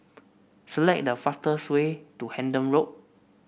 select the fastest way to Hendon Road